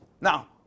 Now